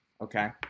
Okay